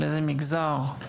לאיזה מגזר?